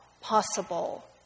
possible